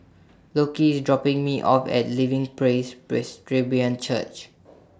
Lockie IS dropping Me off At Living Praise Presbyterian Church